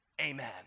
Amen